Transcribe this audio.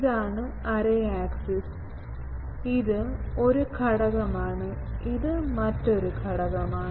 ഇതാണ് array axis ഇത് ഒരു ഘടകമാണ് ഇത് മറ്റൊരു ഘടകമാണ്